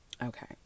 Okay